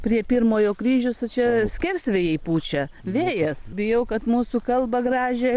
prie pirmojo kryžiaus o čia skersvėjai pučia vėjas bijau kad mūsų kalbą gražią